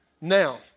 Now